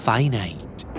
Finite